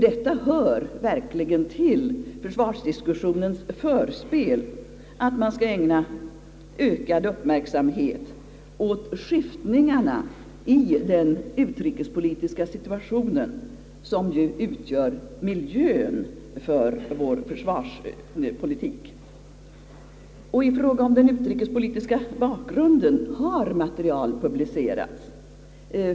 Det hör verkligen till försvarsdiskussionens förspel att man skall ägna ökad uppmärksamhet åt skiftningarna i den utrikespolitiska situationen, som ju utgör miljön för vår försvarspolitik. I fråga om den utrikespolitiska bakgrunden har material publicerats.